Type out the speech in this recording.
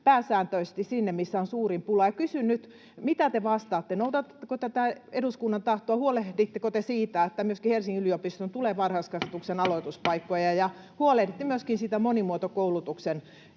pääsääntöisesti sinne, missä on suurin pula. Kysyn nyt, mitä te vastaatte: Noudatatteko tätä eduskunnan tahtoa? Huolehditteko te siitä, että myöskin Helsingin yliopistoon tulee varhaiskasvatuksen aloituspaikkoja, ja huolehditte myöskin siitä monimuotokoulutuksen